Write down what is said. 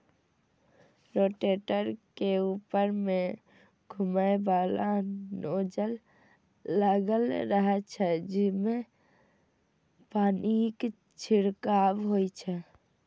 rotator के ऊपर मे घुमैबला नोजल लागल रहै छै, जइसे पानिक छिड़काव होइ छै